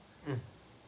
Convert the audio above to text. mmhmm